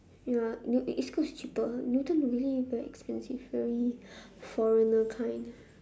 ya east-coast is cheaper newton really very expensive very foreigner kind